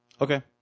Okay